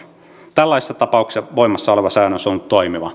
tällaisissa tapauksissa voimassa oleva säännös on toimiva